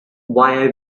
why